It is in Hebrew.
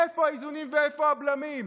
איפה האיזונים ואיפה הבלמים?